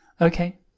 Okay